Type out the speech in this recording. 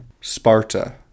Sparta